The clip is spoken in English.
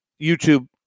YouTube